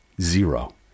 Zero